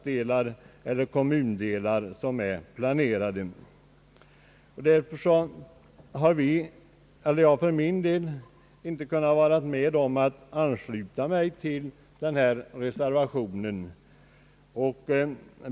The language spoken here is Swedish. belopp, som kommerskollegium med hänsyn till reseverksamhetens art och omfattning bestämde, dock minst 200 000 kronor. Om synnerliga skäl förelåge, ägde kollegiet fastställa säkerheten till lägre belopp än 200 000 kronor eller helt eftergiva kravet på säkerhet.